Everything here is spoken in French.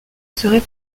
serait